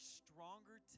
stronger